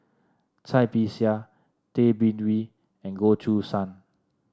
Cai Bixia Tay Bin Wee and Goh Choo San